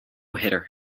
hitter